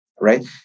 right